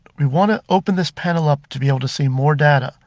we want to open this panel up to be able to see more data.